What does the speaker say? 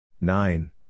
nine